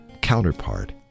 counterpart